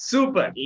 Super